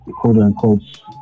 quote-unquote